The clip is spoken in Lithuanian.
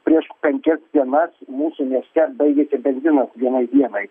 prieš penkias dienas mūsų mieste baigėsi benzinas vienai dienai